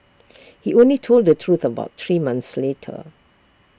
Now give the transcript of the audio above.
he only told the truth about three months later